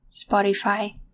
Spotify